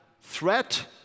threat